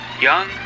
Young